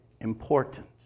important